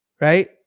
right